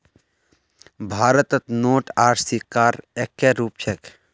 भारतत नोट आर सिक्कार एक्के रूप छेक